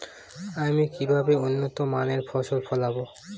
আমি কিভাবে উন্নত মানের ফসল ফলাব?